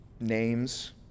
names